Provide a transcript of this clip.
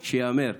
שייאמר.